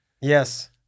yes